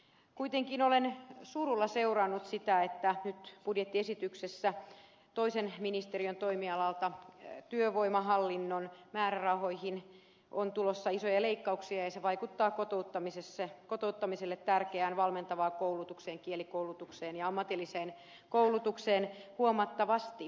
kuitenkin olen surulla seurannut sitä että nyt budjettiesityksessä toisen ministeriön toimialalle työvoimahallinnon määrärahoihin on tulossa isoja leikkauksia ja se vaikuttaa kotouttamiselle tärkeään valmentavaan koulutukseen kielikoulutukseen ja ammatilliseen koulutukseen huomattavasti